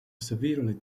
severely